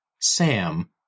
sam